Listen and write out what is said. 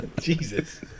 Jesus